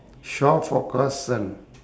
shore forecast s~ um